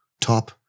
top